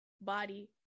body